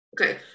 Okay